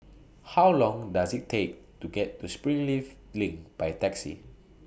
How Long Does IT Take to get to Springleaf LINK By Taxi